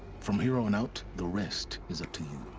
from here on out, the rest is up to you.